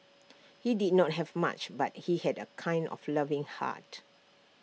he did not have much but he had A kind of loving heart